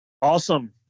awesome